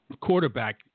quarterback